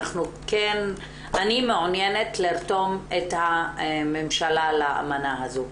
אני מעוניינת לרתום את הממשלה לאמנה הזו.